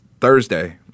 Thursday